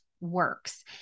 works